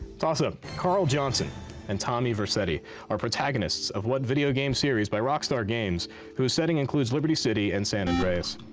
toss-up carl johnson and tommy vercetti are protagonists of what video games series by rockstar games whose setting includes liberty city and san andreas?